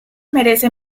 merece